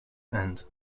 end